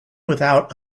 without